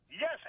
Yes